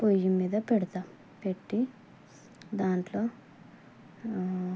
పొయ్యి మీద పెడతాను పెట్టి దాంట్లో